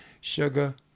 Sugar